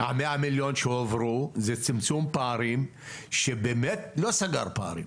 המאה מיליון שהועברו הם צמצום פערים שבאמת לא סגרנו עד היום.